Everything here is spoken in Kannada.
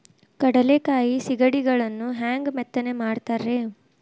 ಕಡಲೆಕಾಯಿ ಸಿಗಡಿಗಳನ್ನು ಹ್ಯಾಂಗ ಮೆತ್ತನೆ ಮಾಡ್ತಾರ ರೇ?